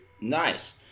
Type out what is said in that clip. Nice